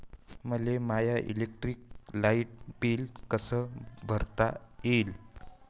मले my electric light bill कस भरता येईल?